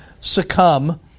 succumb